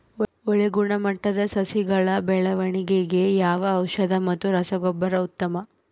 ಒಳ್ಳೆ ಗುಣಮಟ್ಟದ ಸಸಿಗಳ ಬೆಳವಣೆಗೆಗೆ ಯಾವ ಔಷಧಿ ಮತ್ತು ರಸಗೊಬ್ಬರ ಉತ್ತಮ?